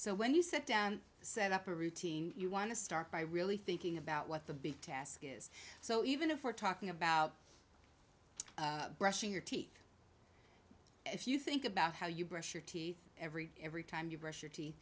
so when you sit down and set up a routine you want to start by really thinking about what the big task is so even if we're talking about brushing your teeth if you think about how you brush your teeth every every time you brush your teeth